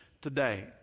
today